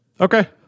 Okay